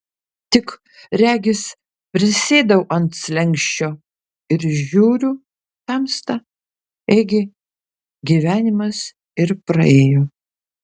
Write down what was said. tik regis prisėdau ant slenksčio ir žiūriu tamsta ėgi gyvenimas ir praėjo